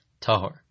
tahor